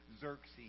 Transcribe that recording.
Xerxes